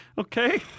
Okay